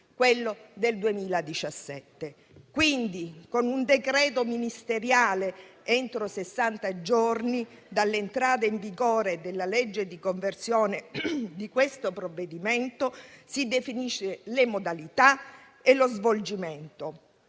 quello del 2017. Quindi, con un decreto ministeriale, entro sessanta giorni dall'entrata in vigore della legge di conversione di questo provvedimento, si definiscono le modalità e lo svolgimento